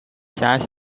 辖下